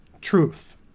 truth